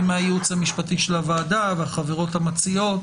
מהייעוץ המשפטי של הוועדה והחברות המציעות